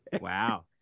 Wow